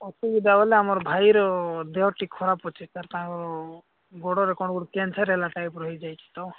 ଅସୁବିଧା ବୋଲେ ଆମ ଭାଇର ଦେହଟି ଖରାପ ଅଛି ତାଙ୍କର ଗୋଡ଼ରେ କ'ଣ ଗୋଟେ କ୍ୟାନ୍ସାର ହେଲା ଟାଇପ୍ର ହୋଇଯାଇଛି ତ